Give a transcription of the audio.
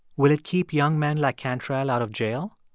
will it keep young men like cantrell out of jail?